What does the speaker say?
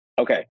Okay